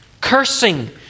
cursing